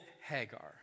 Hagar